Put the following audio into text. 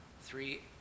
three